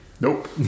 nope